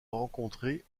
rencontrer